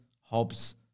Hobbs